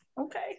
Okay